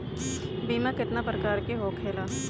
बीमा केतना प्रकार के होखे ला?